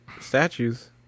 statues